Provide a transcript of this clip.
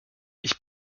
ich